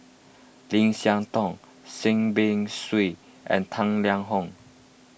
Lim Siah Tong Seah Peck Seah and Tang Liang Hong